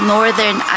Northern